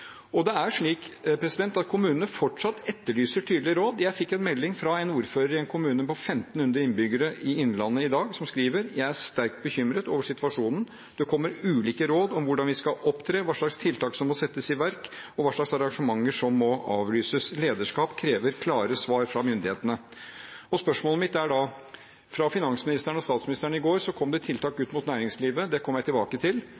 Kommunene etterlyser fortsatt tydelige råd. Jeg fikk en melding fra en ordfører i en kommune med 1 500 innbyggere i Innlandet i dag som er sterkt bekymret over situasjonen: Det kommer ulike råd om hvordan de skal opptre, hva slags tiltak som må settes i verk, og hva slags arrangementer som må avlyses. Lederskap krever klare svar fra myndighetene. Spørsmålet mitt er da: Fra finansministeren og statsministeren kom det i går tiltak overfor næringslivet, det kommer jeg tilbake til,